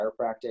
chiropractic